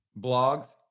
Blogs